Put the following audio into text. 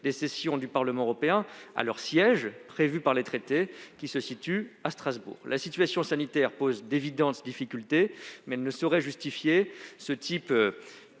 des sessions du Parlement européen à leur siège prévu par les traités, qui se situe à Strasbourg. Cela n'a que trop duré. La situation sanitaire pose d'évidentes difficultés, mais elle ne saurait justifier ce type